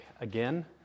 again